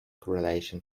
correlation